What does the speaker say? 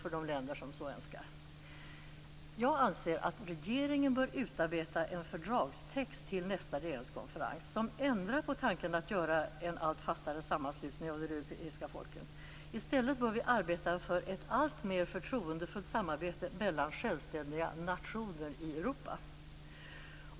Regeringen bör till nästa regeringskonferens utarbeta en fördragstext som ändrar på tanken att göra en allt fastare sammanslutning av de europeiska folken. I stället bör vi arbeta för ett alltmer förtroendefullt samarbete mellan självständiga nationer i Europa.